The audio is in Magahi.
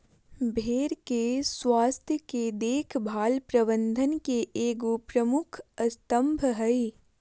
भेड़ के स्वास्थ के देख भाल प्रबंधन के एगो प्रमुख स्तम्भ हइ